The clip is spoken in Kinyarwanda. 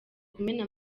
kumena